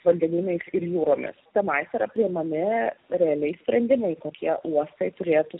vandeniniais ir jūromis tenais yra priimami realiai sprendimai kokie uostai turėtų